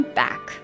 back